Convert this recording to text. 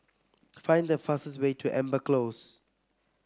find the fastest way to Amber Close